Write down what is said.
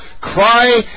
cry